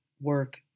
work